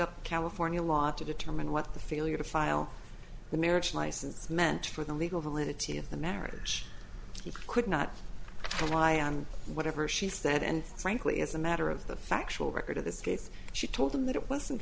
up california law to determine what the failure to file the marriage license meant for the legal validity of the marriage he could not rely on whatever she said and frankly as a matter of the factual record of this case she told them that it wasn't